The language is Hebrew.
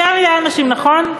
יותר מדי אנשים, נכון?